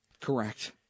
Correct